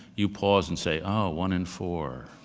you pause and say, oh, one in four,